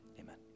amen